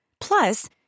Plus